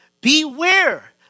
beware